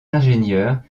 ingénieur